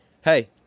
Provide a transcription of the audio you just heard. hey